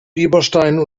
bieberstein